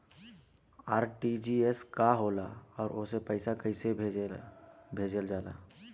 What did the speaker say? RTGS का होला आउरओ से पईसा कइसे भेजल जला?